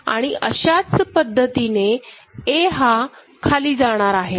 आणि अशाच पद्धतीने A हा खाली जाणार आहे